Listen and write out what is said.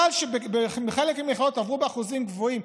בחלק מהמכללות עברו באחוזים גבוהים,